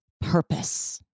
purpose